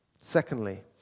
Secondly